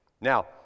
Now